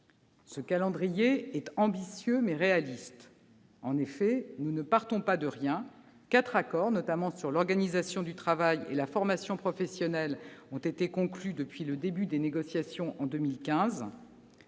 Ce calendrier est ambitieux, mais il est réaliste. En effet, nous ne partons pas de rien : quatre accords, portant notamment sur l'organisation du travail et sur la formation professionnelle, ont déjà été conclus depuis le début des négociations, en 2015.